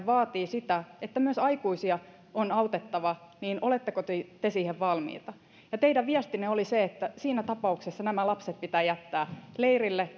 vaatii sitä että myös aikuisia on autettava niin oletteko te te siihen valmiita ja teidän viestinne oli se että siinä tapauksessa nämä lapset pitää jättää leirille